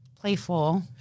playful